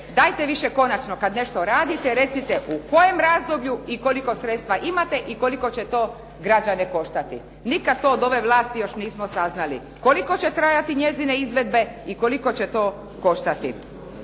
Dajte više konačno kada nešto radite recite u kojem razdoblju i koliko sredstva imate i koliko će to građane koštati. Nikada to još od ove vlasti nismo saznali. Koliko će trajati njezine izvedbe i koliko će to koštati.